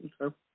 Okay